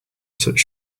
such